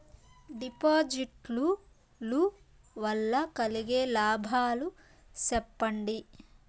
డిపాజిట్లు లు వల్ల కలిగే లాభాలు సెప్పండి?